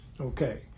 Okay